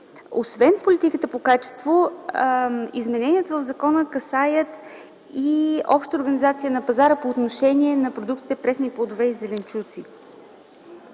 Освен политиката по качество, измененията в закона касаят и общата организация на пазара по отношение на продуктите – пресни плодове и зеленчуци.